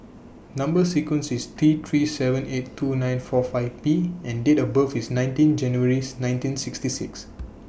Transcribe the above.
Number sequence IS T three seven eight two nine four five P and Date of birth IS nineteen January's nineteen sixty six